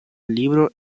libro